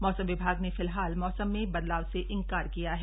मौसम विभाग ने फिलहाल मौसम में बदलाव से इनकार किया है